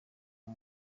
uyu